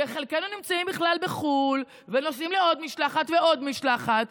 וחלקנו נמצאים בכלל בחו"ל ונוסעים לעוד משלחת ועוד משלחת,